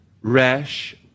resh